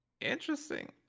interesting